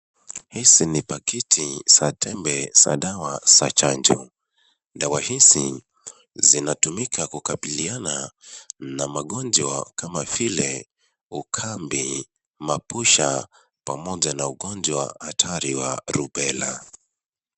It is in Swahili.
Hizi ni pakiti za tembe za dawa za chanjo. Dawa hizi zinatumika kukabiliana na magonjwa kama vile ukambi, mabusha pamoja na ugonjwa hatari wa rubela.